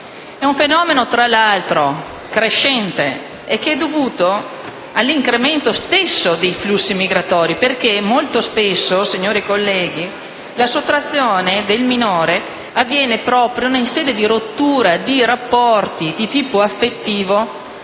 È un fenomeno, tra l'altro, crescente dovuto all'incremento dei flussi migratori perché molto spesso, colleghi, la sottrazione del minore avviene proprio in sede di rottura di rapporti di tipo affettivo